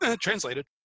translated